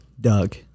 doug